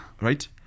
Right